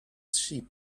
sheep